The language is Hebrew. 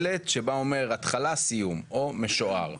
שלט שבא ואומר התחלה סיום או משוער,